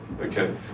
Okay